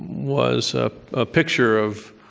was a picture of